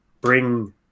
bring